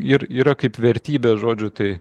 ir yra kaip vertybė žodžiu tai